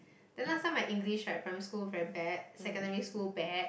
then last time my English right primary school very bad secondary school bad